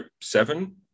seven